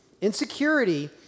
Insecurity